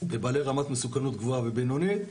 הם בעלי רמת מסוכנות גבוהה ובינונית.